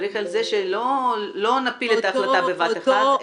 שלא נפיל את ההחלטה בבת אחת,